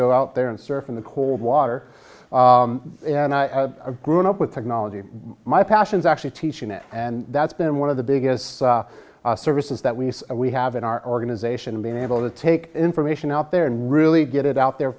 go out there and surf in the cold water and i grew up with technology my passions actually teaching it and that's been one of the biggest services that we say we have in our organization being able to take information out there and really get it out there